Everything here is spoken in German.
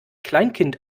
kleinkind